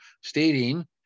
stating